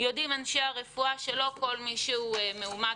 יודעים אנשי הרפואה שלא כל מי הוא מאומת,